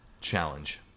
Challenge